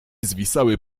zwisały